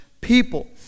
people